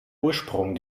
ursprung